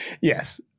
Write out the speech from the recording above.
Yes